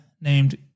named